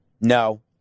No